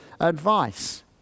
advice